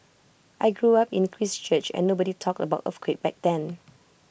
I grew up in Christchurch and nobody talked about earthquake back then